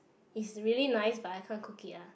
is really nice but I can't cook it ah